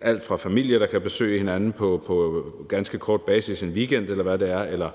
alt fra familier, der kan besøge hinanden på ganske kort basis – en weekend, eller hvad det kan være – til